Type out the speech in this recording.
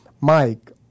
Mike